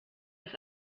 das